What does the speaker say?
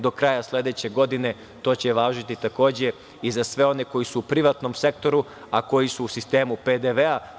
Do kraja sledeće godine to će važiti takođe i za sve one koji su u privatnom sektoru, a koji su u sistemu PDV-a.